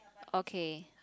okay